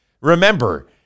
Remember